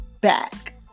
back